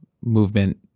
movement